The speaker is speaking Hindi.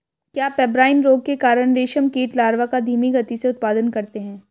क्या पेब्राइन रोग के कारण रेशम कीट लार्वा का धीमी गति से उत्पादन करते हैं?